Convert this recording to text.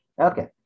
Okay